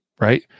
right